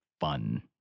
fun